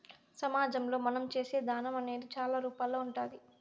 సమాజంలో మనం చేసే దానం అనేది చాలా రూపాల్లో ఉంటాది